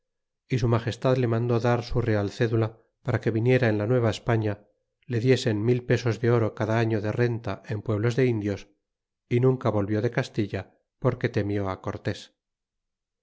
y su mageslad le mandó dar su real cédula para que en la nueva españa le diesen mil pesos de oro cada año de renta en pueblos de indios y nunca volvió de castilla porque temió cortes